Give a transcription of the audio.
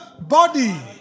body